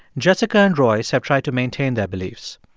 jessica and royce have tried to maintain their beliefs.